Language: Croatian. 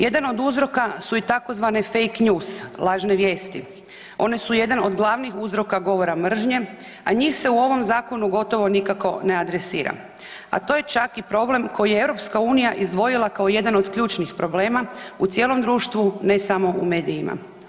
Jedan od uzroka su i tzv. fake news, one su jedan od glavnih uzroka govora mržnje, a njih se u ovom zakonu gotovo nikako ne adresira, a to je čak i problem koji je EU izdvojila kao jedan od ključnih problema u cijelom društvu, ne samo u medijima.